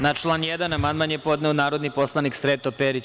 Na član 1. amandman je podneo narodni poslanik Sreto Perić.